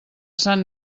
sant